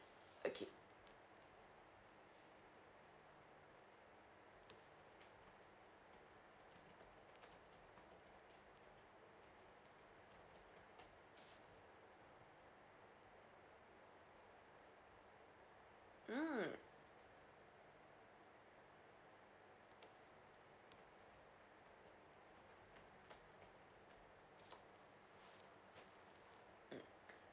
okay mm